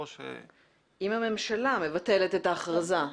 או ש- -- אם הממשלה מבטלת את ההכרזה.